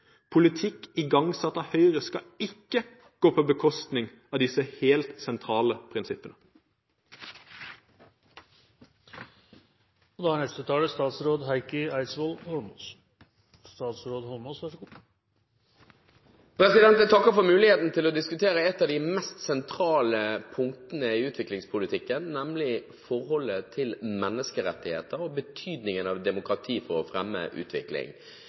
Politikk igangsatt av Høyre skal ikke gå på bekostning av disse helt sentrale prinsippene. Jeg takker for muligheten til å diskutere et av de mest sentrale punktene i utviklingspolitikken, nemlig forholdet til menneskerettigheter og betydningen av demokrati for å fremme utvikling.